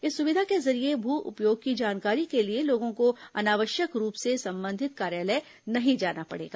इस सुविधा के जरिये भू उपयोग की जानकारी के लिए लोगों को अनावश्यक रूप से संबंधित कार्यालय नहीं जाना पड़ेगा